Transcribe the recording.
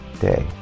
day